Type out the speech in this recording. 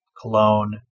cologne